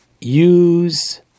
use